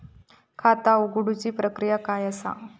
खाता उघडुची प्रक्रिया काय असा?